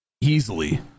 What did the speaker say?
easily